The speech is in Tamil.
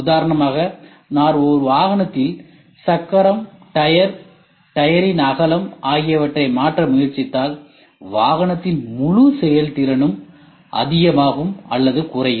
உதாரணமாக நான் ஒரு வாகனத்தில் சக்கரம் டயர் டயரின் அகலம் ஆகியவற்றை மாற்ற முயற்சித்தால் வாகனத்தின் முழு செயல்திறனும் அதிகமாகும் அல்லது குறையும்